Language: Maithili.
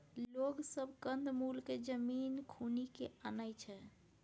लोग सब कंद मूल केँ जमीन खुनि केँ आनय छै